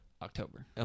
October